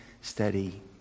steady